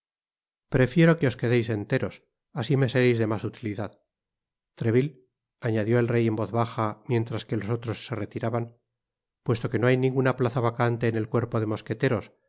prefiero que os quedeis enteros asi me sereis de mas utilidad treville añadió el rey en voz baja mientras que los otros se retiraban puesto que no hay ninguna plaza vacante en el cuerpo de mosqueteros y